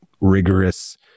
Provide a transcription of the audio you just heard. rigorous